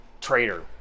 Traitor